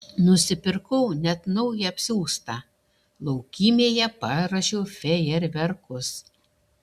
nusipirkau net naują apsiaustą laukymėje paruošiau fejerverkus